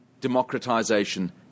democratization